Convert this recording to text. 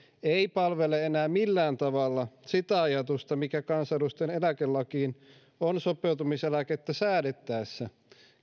ei palvele enää millään tavalla sitä ajatusta mikä kansanedustajan eläkelakiin on sopeutumiseläkettä säädettäessä